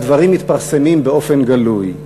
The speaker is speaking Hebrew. והדברים מתפרסמים באופן גלוי.